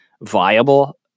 viable